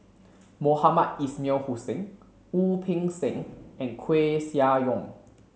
Mohamed Ismail Hussain Wu Peng Seng and Koeh Sia Yong